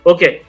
Okay